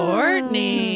Courtney